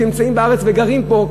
שנמצאים בארץ וגרים פה,